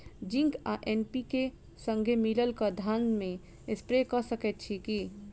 Zinc आ NPK, संगे मिलल कऽ धान मे स्प्रे कऽ सकैत छी की?